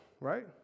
right